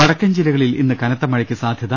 വടക്കൻ ജില്ലകളിൽ ഇന്ന് കനത്ത മഴയ്ക്ക് സാധ്യത